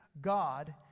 God